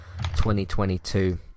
2022